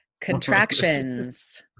Contractions